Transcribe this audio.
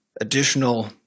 additional